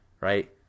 right